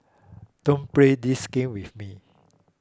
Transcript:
don't play this game with me